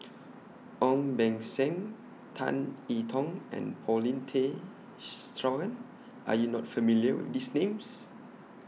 Ong Beng Seng Tan I Tong and Paulin Tay Straughan Are YOU not familiar with These Names